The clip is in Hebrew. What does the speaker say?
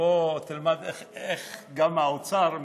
פה תלמד איך האוצר מתקצב: